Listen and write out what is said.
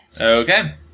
Okay